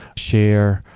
share,